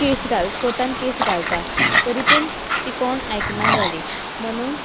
केस घाल कोटान केस घालता तरी पूण तीं कोण आयकना जालीं म्हणून